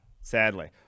sadly